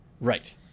Right